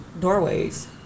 doorways